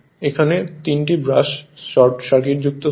এখানে তিনটি brush short সার্কিটযুক্ত থাকে